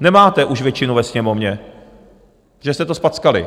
nemáte už většinu ve Sněmovně, že jste to zpackali.